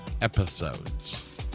episodes